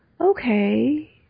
okay